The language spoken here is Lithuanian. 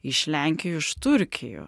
iš lenkijų iš turkijų